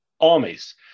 armies